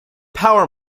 power